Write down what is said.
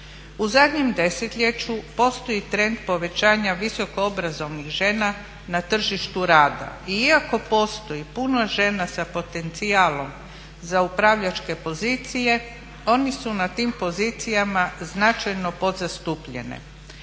U zadnjem desetljeću postoji trend povećanja visokoobrazovanih žena na tržištu rada. I iako postoji puno žena sa potencijalom za upravljačke pozicije oni su na tim pozicijama značajno podzastupljene.